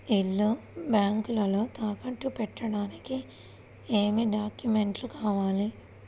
ఇల్లు బ్యాంకులో తాకట్టు పెట్టడానికి ఏమి డాక్యూమెంట్స్ కావాలి?